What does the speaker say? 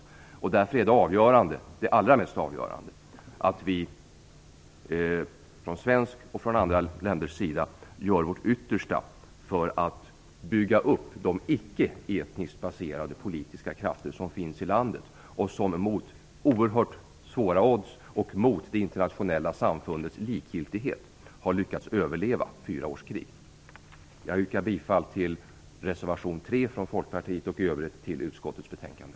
Det som därför är det allra mest avgörande är att vi från Sveriges och från andra länders sida gör vårt yttersta för att bygga upp de icke etniskt baserade politiska krafter som finns i landet och som mot alla odds och mot det internationella samfundets likgiltighet har lyckats överleva fyra års krig. Jag yrkar bifall till reservation 3 från Folkpartiet och i övrigt till hemställan i utskottets betänkande.